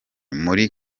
muri